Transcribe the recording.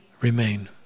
Remain